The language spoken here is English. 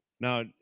Now